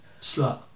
Slut